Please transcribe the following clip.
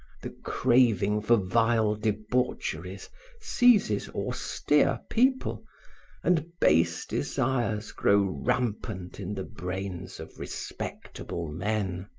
the craving for vile debaucheries seizes austere people and base desires grow rampant in the brains of respectable men.